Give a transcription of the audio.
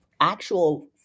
actual